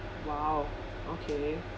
!wow! okay